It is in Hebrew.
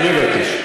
אני מבקש.